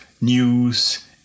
news